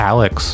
Alex